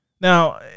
Now